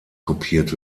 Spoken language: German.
kopiert